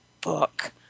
book